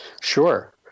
Sure